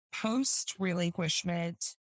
post-relinquishment